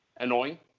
annoying